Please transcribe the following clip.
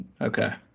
Okay